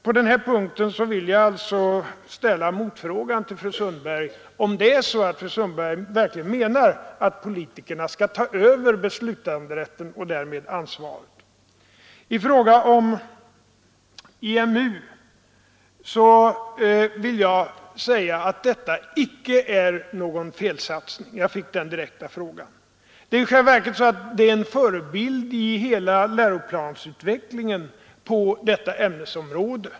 På den här punkten vill jag alltså som sagt ställa motfrågan till fru Sundberg om fru Sundberg verkligen menar att politikerna skall ta över beslutanderätten och därmed ansvaret. I fråga om IMU vill jag säga att detta icke är någon felsatsning. Jag fick den direkta frågan. Det är en förebild i hela läroplansutvecklingen på detta ämnesområde.